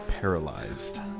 paralyzed